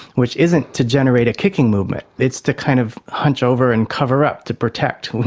which isn't to generate a kicking movement, it's to kind of hunch over and cover up, to protect.